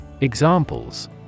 Examples